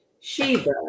Sheba